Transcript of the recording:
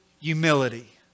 humility